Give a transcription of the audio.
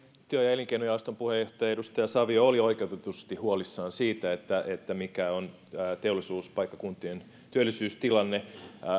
työ ja elinkeinojaoston puheenjohtaja edustaja savio oli oikeutetusti huolissaan siitä mikä on teollisuuspaikkakuntien työllisyystilanne